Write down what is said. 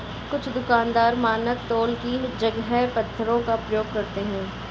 कुछ दुकानदार मानक तौल की जगह पत्थरों का प्रयोग करते हैं